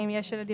מי בעד?